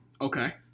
Okay